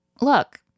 look